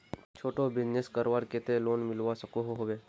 छोटो बिजनेस करवार केते लोन मिलवा सकोहो होबे?